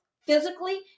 physically